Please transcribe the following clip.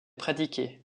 pratiquée